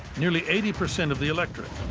nearly eighty percent of the electorate.